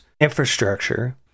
infrastructure